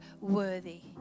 worthy